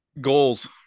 Goals